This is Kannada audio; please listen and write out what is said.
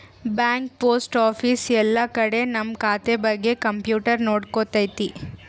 ಬ್ಯಾಂಕ್ ಪೋಸ್ಟ್ ಆಫೀಸ್ ಎಲ್ಲ ಕಡೆ ನಮ್ ಖಾತೆ ಬಗ್ಗೆ ಕಂಪ್ಯೂಟರ್ ನೋಡ್ಕೊತೈತಿ